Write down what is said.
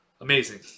Amazing